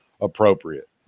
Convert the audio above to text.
appropriate